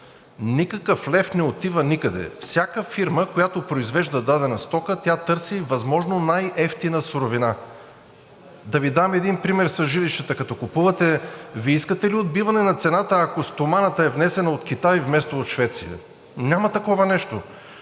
Никакъв лев не отива никъде. Всяка фирма, която произвежда дадена стока, тя търси възможно най-евтина суровина. Да Ви дам един пример с жилищата. Като купувате, Вие искате ли отбиване на цената, ако стоманата е внесена от Китай, вместо от Швеция? Няма такова нещо.